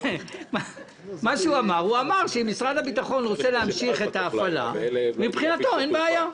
הוא אמר שאם משרד הביטחון רוצה להמשיך את ההפעלה מבחינתו אין בעיה.